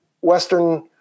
Western